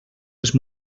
les